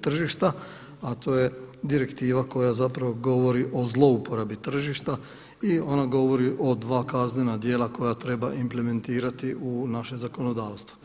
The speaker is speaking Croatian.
tržišta, a to je direktiva koja zapravo govori o zlouporabi tržišta i ona govori o dva kaznena djela koja treba implementirati u naše zakonodavstvo.